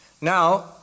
Now